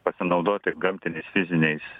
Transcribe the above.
pasinaudoti gamtinis fiziniais